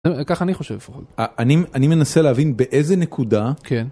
ככה אני חושב אני אני מנסה להבין באיזה נקודה. כן.